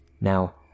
Now